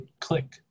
Click